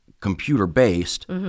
computer-based